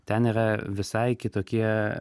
ten yra visai kitokie